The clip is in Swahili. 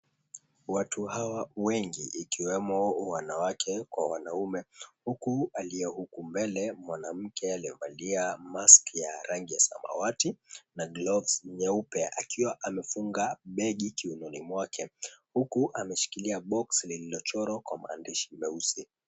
Watu hawa wengi ikiwemo wanawake kwa wanaume huku aliye huku mbele amevalia mask ya rangi ya samawati na gloves nyeupe akiwa amefunga begi kiunoni mwake huku ameshikilia box lililochorwa kwa maandishi meusi.